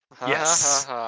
Yes